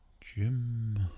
Jim